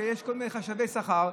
שיש כל מיני חשבי שכר,